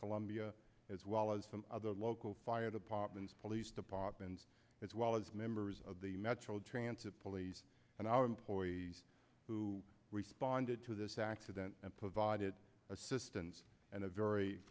columbia as well as some of the local fire departments police departments as well as members of the metro transit police and our employees who responded to this accident and provided assistance and